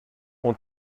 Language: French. ont